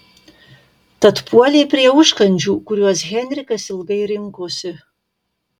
tad puolė prie užkandžių kuriuos henrikas ilgai rinkosi